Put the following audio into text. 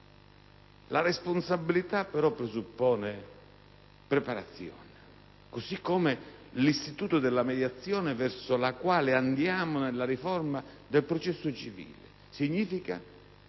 La responsabilità, però, presuppone preparazione, così come l'istituto della mediazione verso il quale andiamo nella riforma del processo civile significa